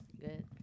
Good